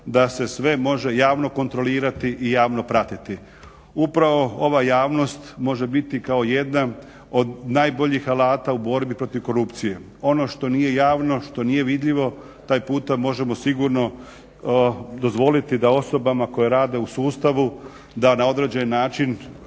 da se sve može javno kontrolirati i javno pratiti. Upravo ova javnost može biti kao jedan od najboljih alata u borbi protiv korupcije. Ono što nije javno, što nije vidljivo taj puta možemo sigurno dozvoliti da osobama koje rade u sustavu da na određeni način